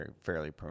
fairly